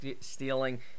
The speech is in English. Stealing